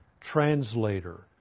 translator